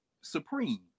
supreme